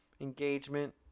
engagement